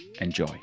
enjoy